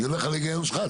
אני הולך על ההיגיון שלך.